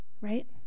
right